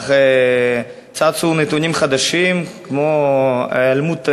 אך צצו נתונים חדשים כמו היעלמות המסמכים,